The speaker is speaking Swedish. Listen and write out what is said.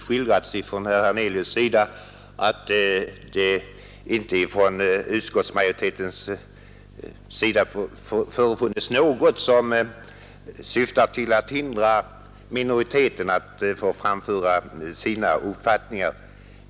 Såsom herr Hernelius med rätta framhöll har utskottsmajoriteten inte företagit sig något som syftat till att hindra minoriteten från att framföra sin uppfattning.